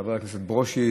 חבר הכנסת ברושי,